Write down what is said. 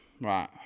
right